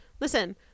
listen